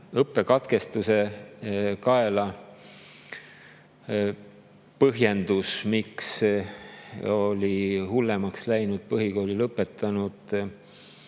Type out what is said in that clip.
õppekatkestuse kaela põhjus, miks oli hullemaks läinud põhikooli lõpetanud